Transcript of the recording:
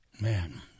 Man